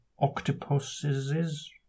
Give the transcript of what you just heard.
octopuses